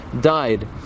died